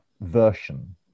version